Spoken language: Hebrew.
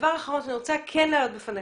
הדבר האחרון שאני כן רוצה להעלות בפניך.